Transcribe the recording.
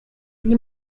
nie